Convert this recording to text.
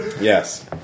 Yes